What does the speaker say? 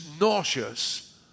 nauseous